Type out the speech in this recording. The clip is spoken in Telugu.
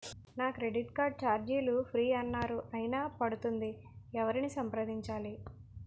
నా క్రెడిట్ కార్డ్ ఛార్జీలు ఫ్రీ అన్నారు అయినా పడుతుంది ఎవరిని సంప్రదించాలి?